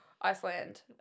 iceland